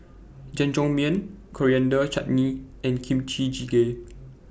Jajangmyeon Coriander Chutney and Kimchi Jjigae